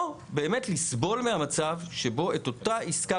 או באמת לסבול מהמצב שבו את אותה עסקה